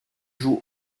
joue